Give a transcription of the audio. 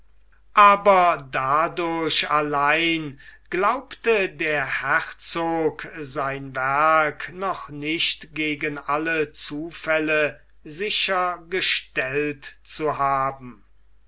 aber dadurch allein glaubte der herzog sein werk noch nicht gegen alle zufälle sicher gestellt zu haben